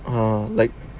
ah like